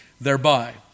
thereby